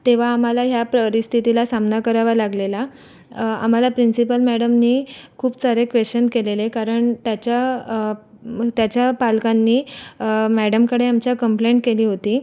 तेव्हा आम्हाला ह्या परिस्थितीला सामना करावा लागलेला आम्हाला प्रिन्सिपल मॅडमनी खूप सारे क्वेशन केलेले कारण त्याच्या त्याच्या पालकांनी मॅडमकडे आमच्या कम्प्लेंट केली होती